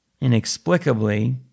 inexplicably